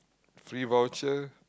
free voucher